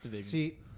see